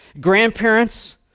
Grandparents